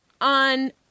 on